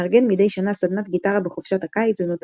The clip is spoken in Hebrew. - מארגן מדי שנה סדנת גיטרה בחופשת הקיץ ונוטל